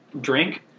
drink